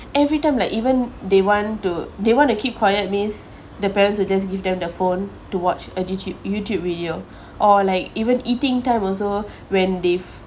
every time like even they want to they want to keep quiet means the parents will just give them the phone to watch adotub~ youtube video or like even eating time also when they